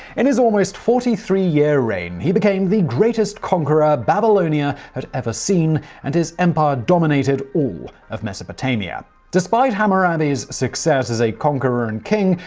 in his almost forty-three-year reign, he became the greatest conqueror babylonia had ever seen and his empire dominated all of mesopotamia. despite hammurabi's success as a conqueror and king,